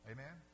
Amen